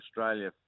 Australia